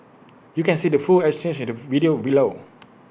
you can see the full exchange the video below